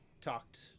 talked